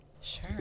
Sure